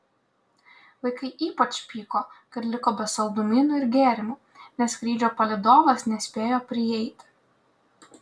vaikai ypač pyko kad liko be saldumynų ir gėrimų nes skrydžio palydovas nespėjo prieiti